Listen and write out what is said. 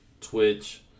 Twitch